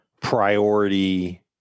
priority